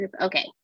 okay